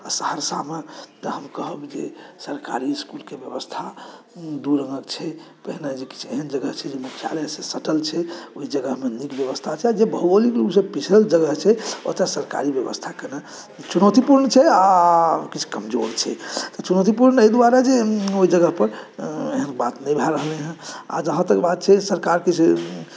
आ सहरसामे तऽ हम कहब जे सरकारी स्कूलक़े बेबस्था दू रङ्गक छै पहिने जे किछु एहन जगह छै जे मुख्यालयसँ सटल छै ओहि जगहमे नीक बेबस्था छै जे भौगोलिक रूपसँ पिछड़ल जगह छै ओतऽ सरकारी बेबस्था कनी चुनौतीपूर्ण छै आ किछु कमजोर छै चुनौतीपूर्ण एहि दुआरे जे ओहि जगहपर एहन बात नहि भऽ रहलै हँ आओर जहाँ तक बात छै सरकार किछु